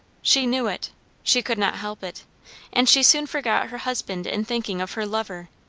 she knew it she could not help it and she soon forgot her husband in thinking of her lover.